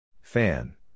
Fan